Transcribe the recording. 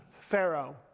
Pharaoh